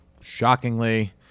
Shockingly